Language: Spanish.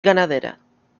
ganadera